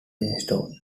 installed